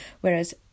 whereas